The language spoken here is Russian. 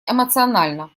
эмоционально